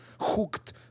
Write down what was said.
hooked